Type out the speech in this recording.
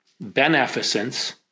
beneficence